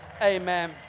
amen